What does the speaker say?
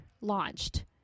launched